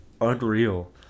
unreal